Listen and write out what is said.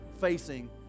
facing